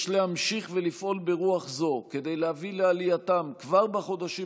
יש להמשיך ולפעול ברוח זו כדי להביא כבר בחודשים